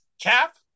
cap